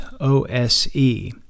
O-S-E